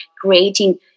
creating